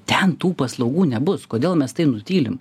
ten tų paslaugų nebus kodėl mes tai nutylim